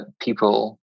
people